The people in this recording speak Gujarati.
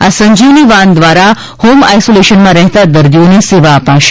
આ સંજીવની વાન દ્વારા હોમ આઈસોલેશનમાં રહેતા દર્દીઓને સેવા અપાશે